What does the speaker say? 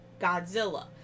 Godzilla